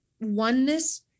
oneness